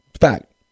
fact